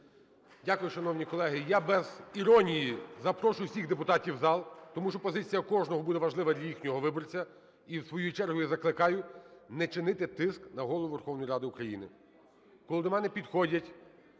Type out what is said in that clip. Дякую, шановні колеги. Я без іронії запрошую усіх депутатів в зал, тому що позиція кожного буде важлива для їхнього виборця. І в свою чергу я закликаю не чинити тиск на Голову Верховної Ради України. Коли до мене підходять…